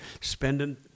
spending